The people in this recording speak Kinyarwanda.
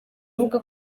avuga